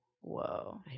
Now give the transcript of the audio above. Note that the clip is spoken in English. Whoa